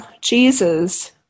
Jesus